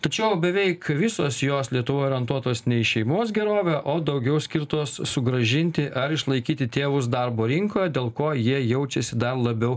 tačiau beveik visos jos lietuvoj orientuotos ne į šeimos gerovę o daugiau skirtos sugrąžinti ar išlaikyti tėvus darbo rinkoje dėl ko jie jaučiasi dar labiau